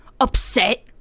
upset